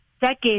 Decades